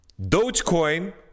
Dogecoin